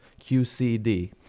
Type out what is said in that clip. QCD